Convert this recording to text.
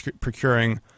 procuring